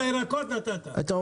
מיכאל, אני -- אורן